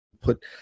put